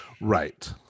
Right